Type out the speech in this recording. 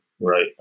right